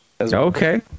okay